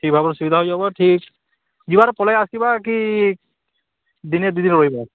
ଠିକ୍ ଭାବ ସୁବିଧା ବି ହେବ ଠିକ୍ ଯିବାର ପଳାଇ ଆସିବା କି ଦିନେ ଦୁଇଦିନ ରହିବା